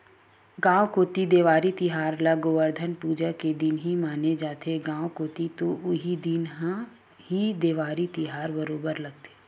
गाँव कोती देवारी तिहार ल गोवरधन पूजा के दिन ही माने जाथे, गाँव कोती तो उही दिन ह ही देवारी तिहार बरोबर लगथे